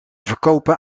verkopen